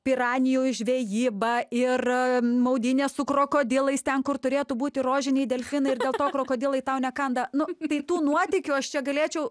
piranijų žvejyba ir maudynės su krokodilais ten kur turėtų būti rožiniai delfinai ir dėl to krokodilai tau nekanda nu tai tų nuotykių aš čia galėčiau